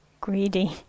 greedy